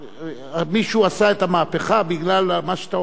מישהו עשה את המהפכה בגלל מה שאתה אומר.